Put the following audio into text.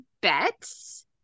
bets